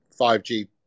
5G